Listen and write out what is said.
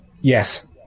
Yes